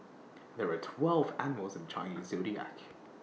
there are twelve animals in the Chinese Zodiac